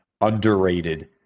underrated